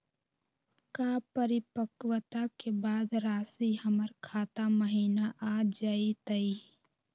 का परिपक्वता के बाद रासी हमर खाता महिना आ जइतई?